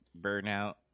burnout